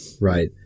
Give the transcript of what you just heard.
Right